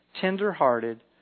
tender-hearted